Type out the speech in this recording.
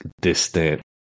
distant